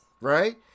right